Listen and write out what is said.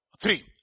Three